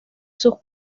sus